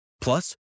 Plus